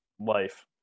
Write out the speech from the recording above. life